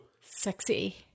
Sexy